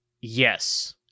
yes